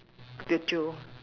Teochew